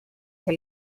que